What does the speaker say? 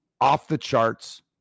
off-the-charts